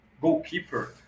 goalkeeper